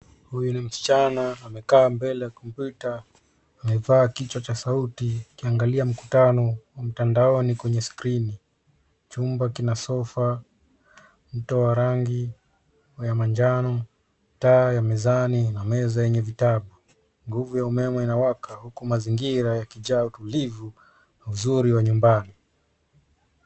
Huyu ni msichana amekaa mbele ya kopyuta, amevaa kichwa cha sauti akiangalia mkutano wa mtandaoni kwenye skrini. Chumba kina sofa mto wa rangi ya manjano, taa ya mezani na meza yenye vitabu. Nguvu ya umeme inawaka uku mazingira yakijaa utulivu na uzuri wa nyumbani.